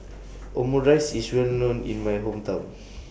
Omurice IS Well known in My Hometown